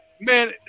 man